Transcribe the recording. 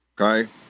okay